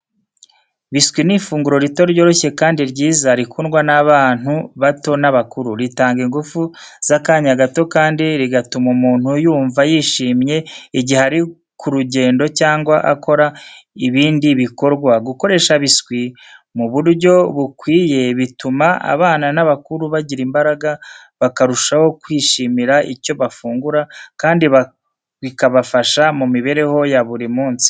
Biswi ni ifunguro rito ryoroshye kandi ryiza rikundwa n’abantu bato n’abakuru. Ritanga ingufu z’akanya gato kandi rigatuma umuntu yumva yishimye igihe ari ku rugendo cyangwa akora ibindi bikorwa. Gukoresha biswi mu buryo bukwiye bituma abana n’abakuru bagira imbaraga, bakarushaho kwishimira icyo bafungura, kandi bikabafasha mu mibereho ya buri munsi.